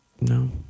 No